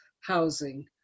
housing